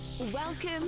Welcome